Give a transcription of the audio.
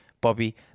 Bobby